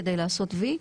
כדי לעשות "וי",